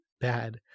bad